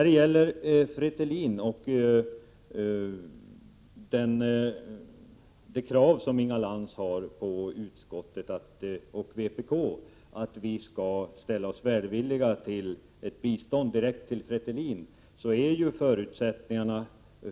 Det föreligger inga förutsättningar för de krav som Inga Lantz och vpk har på att utskottet skall ställa sig välvilligt till ett direkt bistånd till Fretilin.